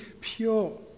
pure